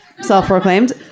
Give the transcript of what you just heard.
Self-proclaimed